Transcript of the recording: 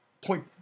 point